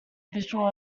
visual